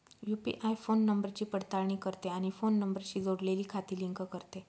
UPI phone नंबरची पडताळणी करते आणि फोन नंबरशी जोडलेली खाती लिंक करते